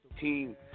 team